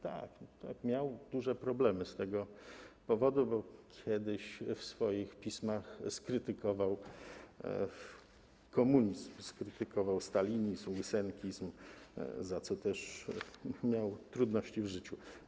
Tak, miał duże problemy z tego powodu, bo kiedyś w swoich pismach skrytykował komunizm, skrytykował stalinizm, łysenkizm, przez co też miał trudności w życiu.